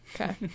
Okay